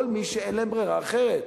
כל מי שאין להם ברירה אחרת.